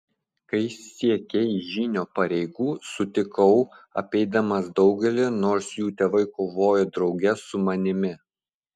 kai siekei žynio pareigų sutikau apeidamas daugelį nors jų tėvai kovojo drauge su manimi